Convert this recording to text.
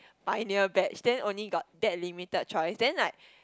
pioneer batch then only got that limited choice then like